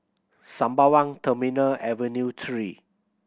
Sembawang Terminal Avenue Three